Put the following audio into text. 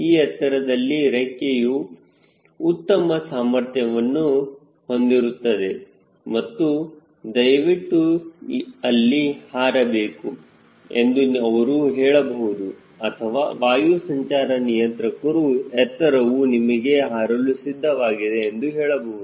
ಈ ಎತ್ತರದಲ್ಲಿ ರೆಕ್ಕೆಯು ಉತ್ತಮ ಸಾಮರ್ಥ್ಯವನ್ನು ಹೊಂದಿರುತ್ತದೆ ನೀವು ದಯವಿಟ್ಟು ಅಲ್ಲಿ ಹಾರಬೇಕು ಎಂದು ಅವರು ಹೇಳಬಹುದು ಅಥವಾ ವಾಯು ಸಂಚಾರ ನಿಯಂತ್ರಕರು ಎತ್ತರವು ನಿಮಗೆ ಹಾರಲು ಸಿದ್ಧವಾಗಿದೆ ಎಂದು ಹೇಳಬಹುದು